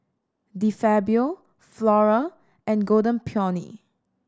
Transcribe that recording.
De Fabio Flora and Golden Peony